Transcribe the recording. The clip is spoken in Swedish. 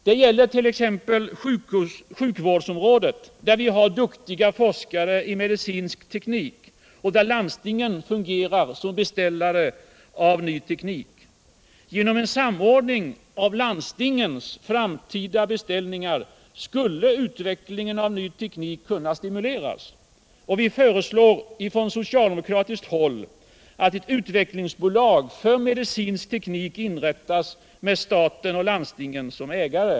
Detta gäller t.ex. sjukvårdsområdet, där vi har duktiga forskare i medicinsk teknik och där landstingen fungerar som beställare av ny teknik. Genom en samordning av landstingens framtida beställningar skulle utvecklingen av ny teknik kunna stimuleras. Vi föreslår på socialdemokratiskt håll att ett utvecklingsbolag för medicinsk teknik inrättas med staten och landstingen som ägare.